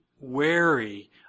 Wary